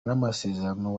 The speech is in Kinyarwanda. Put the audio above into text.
n’amasezerano